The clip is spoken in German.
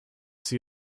sie